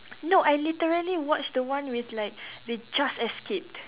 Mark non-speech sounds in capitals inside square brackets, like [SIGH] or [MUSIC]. no I literally watched the one with like [BREATH] they just escaped